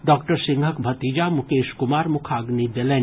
doctor सिंहक भतीजा मुकेश कुमार मुखाग्नि देलनि